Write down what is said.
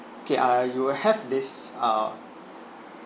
okay err you will have this uh